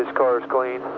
his car is clean.